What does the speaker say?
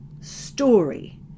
story